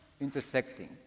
intersecting